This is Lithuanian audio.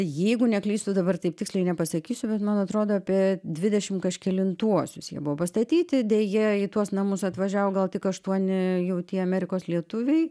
jeigu neklystu dabar taip tiksliai nepasakysiu bet man atrodo apie dvidešim kažkelintuosius jie buvo pastatyti deja į tuos namus atvažiavo gal tik aštuoni jau tie amerikos lietuviai